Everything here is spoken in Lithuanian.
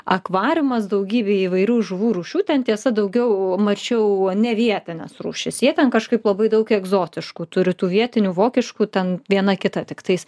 akvariumas daugybė įvairių žuvų rūšių ten tiesa daugiau mačiau ne vietines rūšis jie ten kažkaip labai daug egzotiškų turi tų vietinių vokiškų ten viena kita tiktais